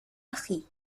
أخي